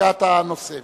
הצגת הנושא.